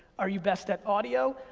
are you best at audio,